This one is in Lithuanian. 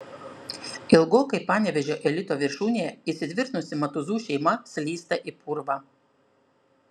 ilgokai panevėžio elito viršūnėje įsitvirtinusi matuzų šeima slysta į purvą